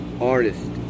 artist